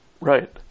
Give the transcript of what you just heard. Right